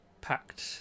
packed